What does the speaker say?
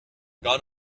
gone